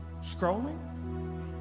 scrolling